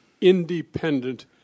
independent